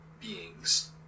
beings